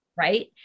Right